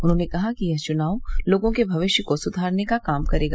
उन्होंने कहा कि यह चुनाव लोगों के भविष्य को सुधारने का काम करेगा